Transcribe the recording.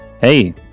hey